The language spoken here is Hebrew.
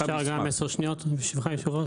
אפשר גם עשר שניות, ברשותך היושב ראש?